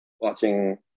watching